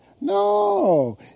No